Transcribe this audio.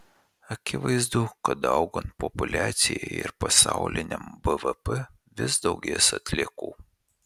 akivaizdu kad augant populiacijai ir pasauliniam bvp vis daugės atliekų